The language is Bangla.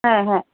হ্যাঁ হ্যাঁ